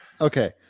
Okay